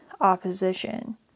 opposition